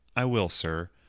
i will, sir,